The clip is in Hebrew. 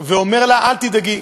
ואומר לה: אל תדאגי,